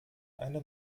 eine